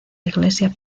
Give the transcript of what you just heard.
iglesia